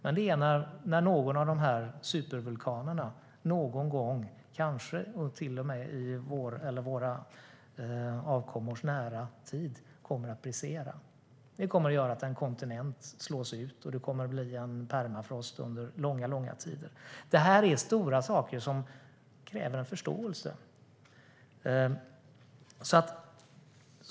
Det är när någon av supervulkanerna någon gång, kanske till och med under vår eller våra avkommors nära livstid, kommer att brisera. Det kommer att innebära att en kontinent slås ut, och det kommer att bli permafrost under långa tider. Det här är stora frågor som kräver förståelse.